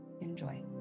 Enjoy